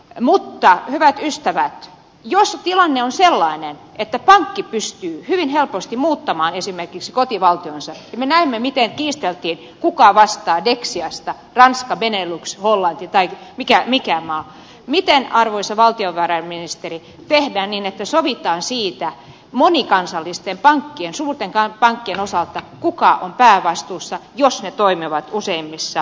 mutta hyvät ystävät jos tilanne on sellainen että pankki pystyy hyvin helposti muuttamaan esimerkiksi kotivaltionsa me näimme miten kiisteltiin kuka vastaa dexiasta ranska benelux hollanti vai mikä maa niin miten arvoisa valtiovarainministeri tehdään niin että sovitaan siitä monikansallisten suurten pankkien osalta kuka on päävastuussa jos ne toimivat useammissa maissa